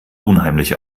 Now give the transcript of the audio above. unheimlich